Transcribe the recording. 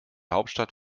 hauptstadt